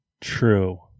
True